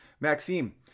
Maxime